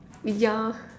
ya